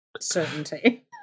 certainty